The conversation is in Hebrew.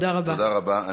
תודה רבה.